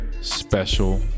special